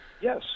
Yes